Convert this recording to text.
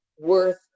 worth